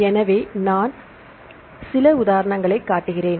எனவே நான் சில உதாரணங்களைக் காட்டுகிறேன்